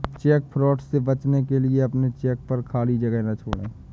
check fraud से बचने के लिए अपने चेक पर खाली जगह ना छोड़ें